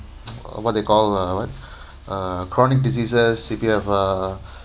uh what they call uh what uh chronic diseases C_P_F uh